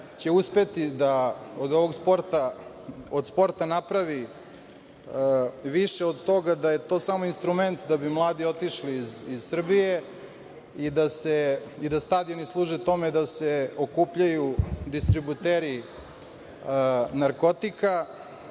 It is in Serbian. će uspeti da od ovog sporta napravi više od toga da je to samo instrument da bi mladi otišli iz Srbije i da stadioni služe tome da se okupljaju distributeri narkotika. Nadam